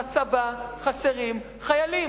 לצבא חסרים חיילים.